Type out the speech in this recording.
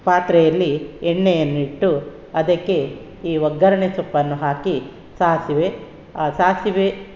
ಪಾತ್ರೆಯಲ್ಲಿ ಎಣ್ಣೆಯನ್ನು ಇಟ್ಟು ಅದಕ್ಕೆ ಈ ಒಗ್ಗರಣೆ ಸೊಪ್ಪನ್ನು ಹಾಕಿ ಸಾಸಿವೆ ಆ ಸಾಸಿವೆ